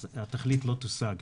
אז התכלית לא תושג.